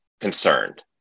concerned